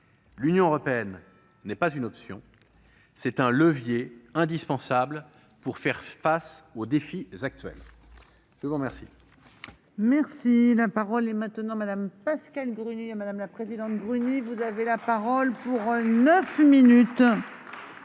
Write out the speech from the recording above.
L'Union européenne n'est pas une option ; c'est un levier indispensable pour faire face aux défis actuels. La parole